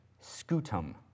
scutum